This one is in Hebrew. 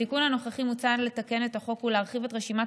בתיקון הנוכחי מוצע לתקן את החוק ולהרחיב את רשימת